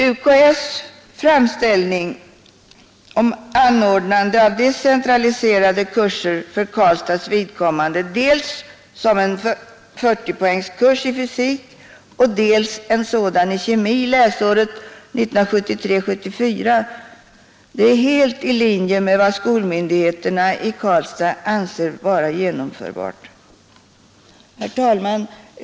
UKÄ:s framställning till utbildningsdepartementet om anordnandet av decentraliserade kurser för Karlstads vidkommande, dels en 40-poängkurs i fysik, dels en sådan i kemi läsåret 1973/74 är helt i linje med vad skolmyndigheterna i Karlstad anser vara genomförbart. Herr talman!